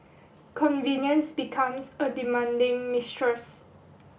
convenience becomes a demanding mistress